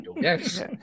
yes